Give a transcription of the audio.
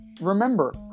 remember